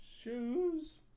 shoes